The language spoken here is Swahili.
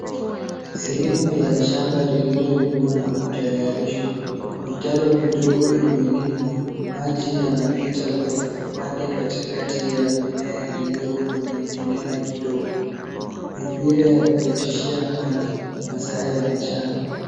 Sehemu ya shamba lililolimwa na kutayarishwa. Mitaro midogo imelimwa, maji yanapita kwenye upande katikati ya mimea iliyo kwenye kilima kidogo. Mipira ya kupitishia maji, masaa ya mchana.